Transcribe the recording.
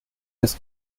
des